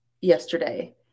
yesterday